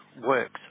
works